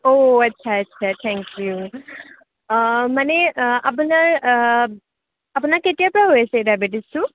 অ' আচ্ছা আচ্ছা thank you মানে আপোনাৰ আপোনাৰ কেতিয়াৰ পৰা হৈ আছে ডাইবেটিচটো